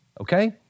Okay